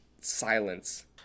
silence